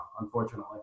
unfortunately